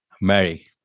Mary